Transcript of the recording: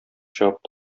чыгып